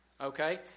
Okay